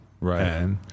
Right